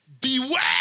Beware